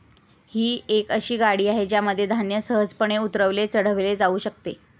ही एक अशी गाडी आहे ज्यामध्ये धान्य सहजपणे उतरवले चढवले जाऊ शकते